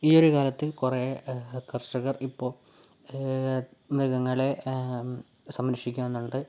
ഈയൊരു കാലത്ത് കുറേ കർഷകർ ഇപ്പോൾ മൃഗങ്ങളെ സംരക്ഷിക്കുന്നുണ്ട്